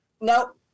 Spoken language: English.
Nope